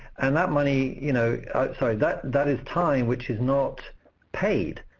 and that money you know sorry, that that is time which is not paid,